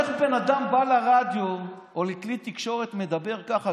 איך בן אדם בא לרדיו או לכלי תקשורת ומדבר ככה,